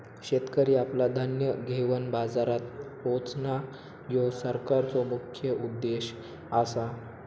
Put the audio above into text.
शेतकरी आपला धान्य घेवन बाजारात पोचणां, ह्यो सरकारचो मुख्य उद्देश आसा